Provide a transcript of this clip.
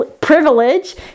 privilege